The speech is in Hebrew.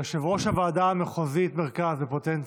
יושב-ראש הועדה המחוזית מרכז, בפוטנציה,